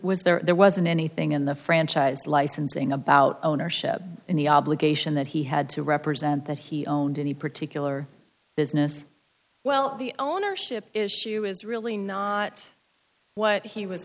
was there wasn't anything in the franchise licensing about ownership in the obligation that he had to represent that he owned any particular business well the ownership issue is really not what he was